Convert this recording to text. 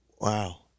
Wow